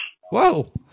Whoa